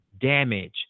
damage